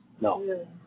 No